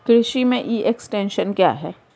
कृषि में e extension क्या है?